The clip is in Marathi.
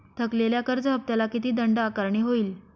थकलेल्या कर्ज हफ्त्याला किती दंड आकारणी होईल?